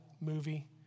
movie